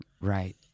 Right